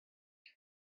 wyt